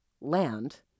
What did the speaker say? land